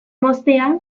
moztea